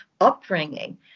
upbringing